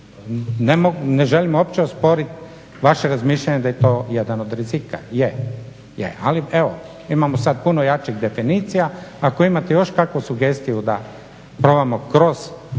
Ne želim opće osporit vaše razmišljanje da je to jedan od rizika, je. Ali, evo imamo sad puno jačih definicija. Ako imate još kakvu sugestiju da probamo kroz